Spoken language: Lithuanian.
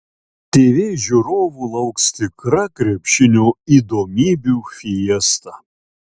tv žiūrovų lauks tikra krepšinio įdomybių fiesta